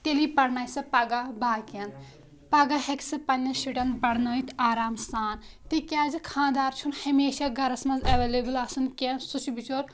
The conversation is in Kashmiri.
تیٚلی پَرنایہِ سۄ پگہہ باقین پگہہ ہٮ۪کہِ سۄ پَنٕنٮ۪ن شُرین پَرنٲیِتھ آرام سان تِکیازِ خانٛدار چھُنہٕ ہمیشہ گرَس منٛز ایویلیبٕل آسان کینٛہہ سُہ چُھ بچور